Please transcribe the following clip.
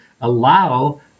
allow